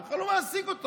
זה בכלל לא מעסיק אותו.